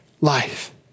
life